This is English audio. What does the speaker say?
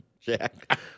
Jack